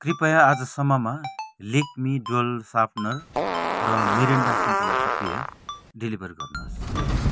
कृपया आजसम्ममा Lakme dual sharpener र मिरिन्डा सुन्तलाको पेय डेलिभर गर्नुहोस्